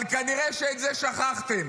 אבל כנראה שאת זה שכחתם.